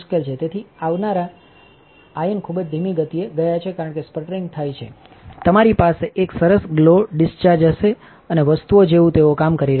તેથી કે આવનારા આયન ખૂબ જ ધીમી ગતિએ ગયા છે કારણ કે સ્પટરિંગ થાય છે તમારી પાસે એક સરસ ગ્લો ડિસ્ચાર્જ હશે અને વસ્તુઓજેવું તેઓ કામ કરી રહ્યા છે